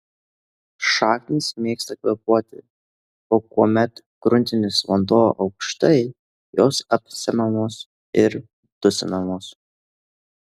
šaknys mėgsta kvėpuoti o kuomet gruntinis vanduo aukštai jos apsemiamos ir dusinamos